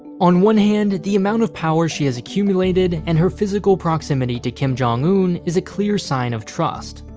on one hand, the amount of power she has accumulated and her physical proximity to kim jong-un is a clear sign of trust.